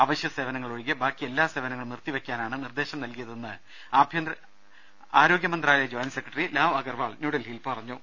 അവശ്യ സേവനങ്ങൾ ഒഴികെ ബാക്കി എല്ലാ സേവനങ്ങളും നിർത്തിവെക്കാനാണ് നിർദേശം നൽകിയതെന്ന് ആഭ്യന്തര മന്ത്രാലയ ജോയിന്റ് സെക്രട്ടറി ലാവ് അഗർവാൾ ന്യൂഡൽഹിയിൽ പറഞ്ഞു